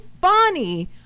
funny